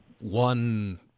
one